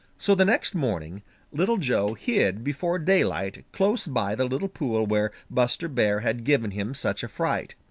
so the next morning little joe hid before daylight close by the little pool where buster bear had given him such a fright.